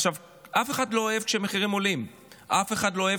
עכשיו, אף אחד לא אוהב